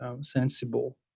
sensible